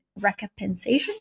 recompensation